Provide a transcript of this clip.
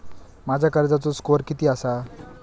माझ्या कर्जाचो स्कोअर किती आसा?